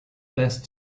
best